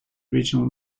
original